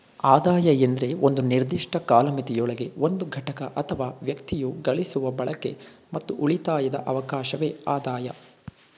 ಆದಾಯ ಎಂದ್ರೆ ಒಂದು ನಿರ್ದಿಷ್ಟ ಕಾಲಮಿತಿಯೊಳಗೆ ಒಂದು ಘಟಕ ಅಥವಾ ವ್ಯಕ್ತಿಯು ಗಳಿಸುವ ಬಳಕೆ ಮತ್ತು ಉಳಿತಾಯದ ಅವಕಾಶವೆ ಆದಾಯ